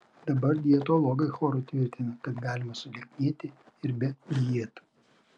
dabar dietologai choru tvirtina kad galima sulieknėti ir be dietų